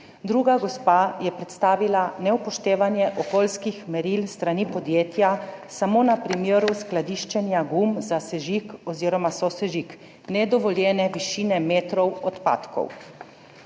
Druga gospa je predstavila neupoštevanje okoljskih meril s strani podjetja samo na primeru skladiščenja gum za sežig oziroma sosežig, nedovoljene višine metrov odpadkov.